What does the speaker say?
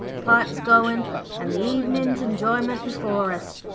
pipes goin' and the evenin's enjoyment before us.